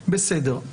בסדר.